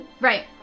Right